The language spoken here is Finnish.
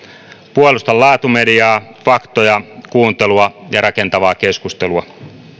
puolustan laatumediaa faktoja kuuntelua ja rakentavaa keskustelua